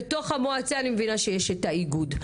בתוך המועצה אני מבינה שיש את האיגוד.